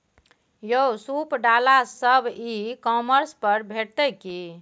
यौ सूप डाला सब ई कॉमर्स पर भेटितै की?